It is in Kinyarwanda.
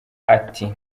ati